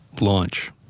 Launch